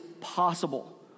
possible